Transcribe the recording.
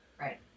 Right